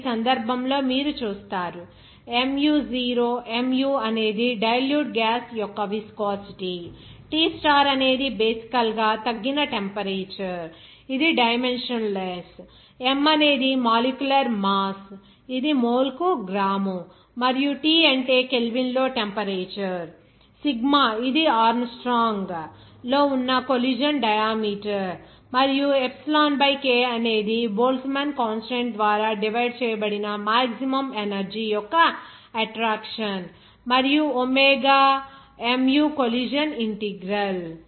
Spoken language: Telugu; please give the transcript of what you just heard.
ఇక్కడ ఈ సందర్భంలో మీరు చూస్తారు mu0 mu అనేది డైల్యూట్ గ్యాస్ యొక్క విస్కోసిటీ T స్టార్ అనేది బేసికల్ గా తగ్గిన టెంపరేచర్ ఇది డైమెన్షన్ లెస్ M అనేది మాలిక్యులర్ మాస్ ఇది మోల్ కు గ్రాము మరియు T అంటే కెల్విన్లో టెంపరేచర్ సిగ్మా ఇది ఆర్మ్స్ట్రాంగ్ లో ఉన్న కొలీజన్ డయామీటర్ మరియు ఎప్సిలాన్ బై K అనేది బోల్ట్జ్మాన్ కాన్స్టాంట్ ద్వారా డివైడ్ చేయబడిన మాక్సిమమ్ ఎనర్జీ యొక్క అట్రాక్షన్ మరియు ఒమేగా mu కొలీజన్ ఇంటిగ్రల్